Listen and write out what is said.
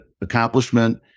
accomplishment